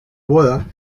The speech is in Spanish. boda